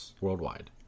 worldwide